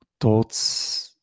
thoughts